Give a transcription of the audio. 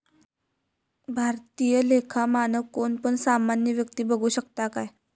भारतीय लेखा मानक कोण पण सामान्य व्यक्ती बघु शकता काय?